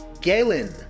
Galen